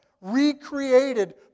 recreated